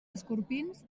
escorpins